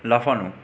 লাফানো